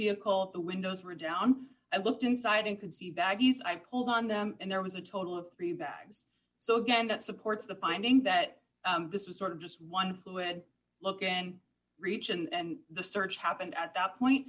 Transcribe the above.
vehicle at the windows were down i looked inside and could see baggies i pulled on them and there was a total of three bags so again that supports the finding that this was sort of just one fluid look and reach and the search happened at that point